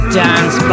dance